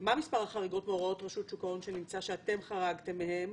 מה מספר החריגות מהוראות רשות שוק ההון שנמצא שאתם חרגתם מהם,